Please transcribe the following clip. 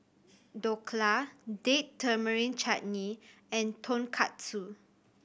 Dhokla Date Tamarind Chutney and Tonkatsu